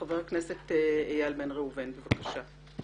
חבר הכנסת אייל בן ראובן, בבקשה.